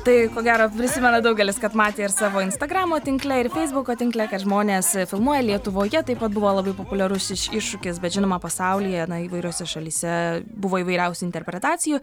tai ko gero prisimena daugelis kad matė ir savo instagramo tinkle ir feisbuko tinkle kad žmonės filmuoja lietuvoje taip pat buvo labai populiarus šis iššūkis bet žinoma pasaulyje įvairiose šalyse buvo įvairiausių interpretacijų